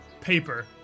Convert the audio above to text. paper